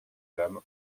dame